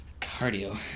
cardio